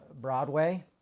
Broadway